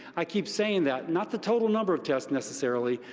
i keep saying that, not the total number of tests, necessarily,